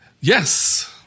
yes